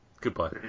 Goodbye